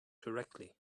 correctly